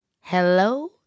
Hello